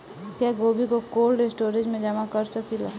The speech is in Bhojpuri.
क्या गोभी को कोल्ड स्टोरेज में जमा कर सकिले?